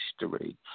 history